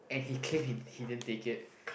and he claim he he didn't take it